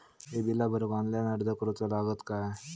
ही बीला भरूक ऑनलाइन अर्ज करूचो लागत काय?